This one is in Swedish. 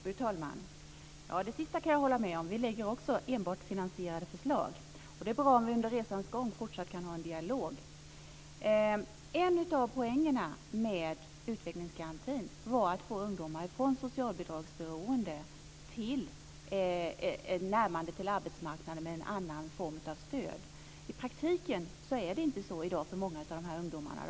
Fru talman! Det sista kan jag hålla med om. Vi lägger också enbart finansierade förslag. Det är bra om vi under resans gång fortsatt kan ha en dialog. En av poängerna med utvecklingsgarantin var att få ungdomar från socialbidragsberoende till ett närmande till arbetsmarknaden med en annan form av stöd. I praktiken är det inte så för många av dessa ungdomar i dag.